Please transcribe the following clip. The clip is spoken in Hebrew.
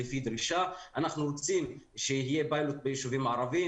אנחנו רוצים שיהיה פיילוט ביישובים הערביים